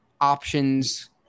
Options